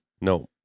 No